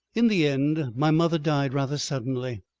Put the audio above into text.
in the end my mother died rather suddenly,